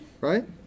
right